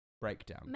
breakdown